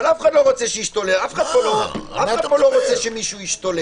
אבל אף אחד פה לא רוצה שמישהו ישתולל.